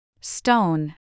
Stone